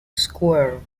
square